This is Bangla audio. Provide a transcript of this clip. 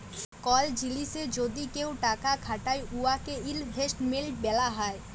কল জিলিসে যদি কেউ টাকা খাটায় উয়াকে ইলভেস্টমেল্ট ব্যলা হ্যয়